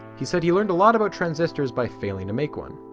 he said he learned a lot about transistors by failing to make one.